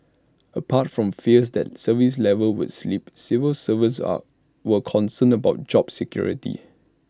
apart from fears that service levels would slip civil servants are were concerned about job security